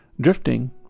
Drifting